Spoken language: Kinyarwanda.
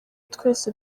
twese